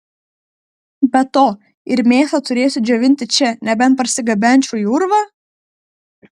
be to ir mėsą turėsiu džiovinti čia nebent parsigabenčiau į urvą